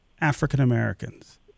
African-Americans